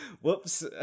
Whoops